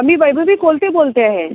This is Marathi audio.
मी वैभवी कोलते बोलते आहे